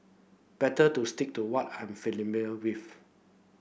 better to stick to what I'm with